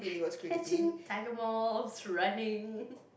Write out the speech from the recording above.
catching tiger moths running